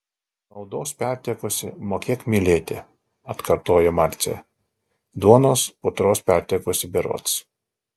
naudos pertekusi mokėk mylėti atkartojo marcė duonos putros pertekusi berods